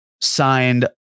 signed